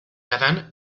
adán